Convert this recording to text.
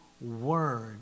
word